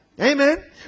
amen